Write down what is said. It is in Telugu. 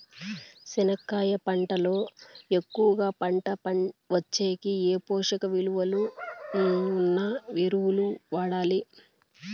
చెనక్కాయ పంట లో ఎక్కువగా పంట వచ్చేకి ఏ పోషక విలువలు ఉన్న ఎరువులు వాడాలి?